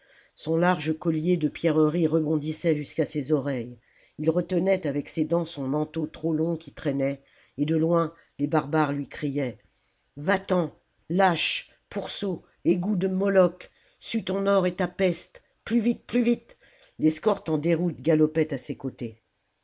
son large collier de pierreries rebondissait jusqu'à ses oreilles ii retenait avec ses dents son manteau trop long qui traînait et de loin les barbares lui criaient va-t'en lâche pourceau égout de moloch sue ton or et ta peste plus vite plus vite l'escorte en déroute galopait à ses côtés